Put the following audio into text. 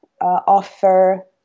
offer